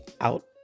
out